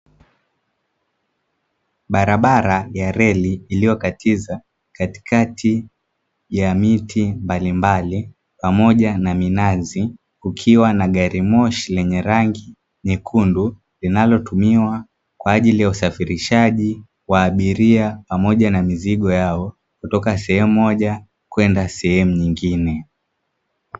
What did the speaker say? Barabara ya reli, iliyokatiza katikati ya miti mbalimbali pamoja na minazi, kukiwa na gari moshi lenye rangi nyekundu, linalotumiwa kwa ajili ya usafirishaji wa abiria pamoja na mizigo yao kutoka sehemu moja kwenda sehemu nyingine.